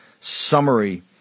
summary